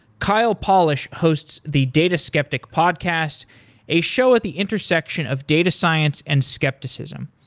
kyle polich hosts the data skeptic podcast a show at the intersection of data science and skepticism.